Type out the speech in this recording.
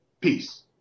Peace